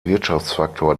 wirtschaftsfaktor